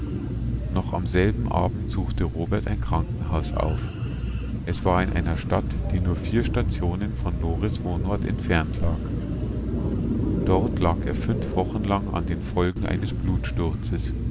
noch am selben abend suchte robert ein krankenhaus auf es war in einer stadt die nur vier stationen von lores wohnort entfernt lag dort lag er fünf wochen lang an den folgen eines